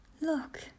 look